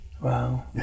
Wow